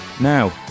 Now